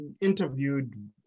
interviewed